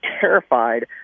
terrified